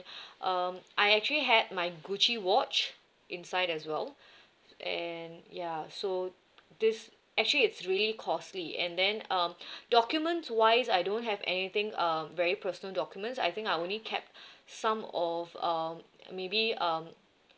um I actually had my gucci watch inside as well and ya so this actually it's really costly and then um document wise I don't have anything um very personal documents I think I only kept some of um maybe um